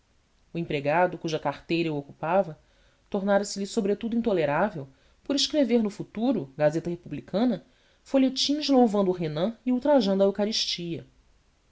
o empregado cuja carteira eu ocupava tornara se lhe sobretudo intolerável por escrever no futuro gazeta republicana folhetins louvando renan e ultrajando a eucaristia